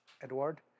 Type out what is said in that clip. Edward